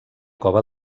cova